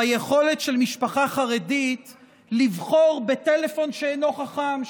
ביכולת של משפחה חרדית לבחור בטלפון שאינו חכם,